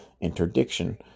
interdiction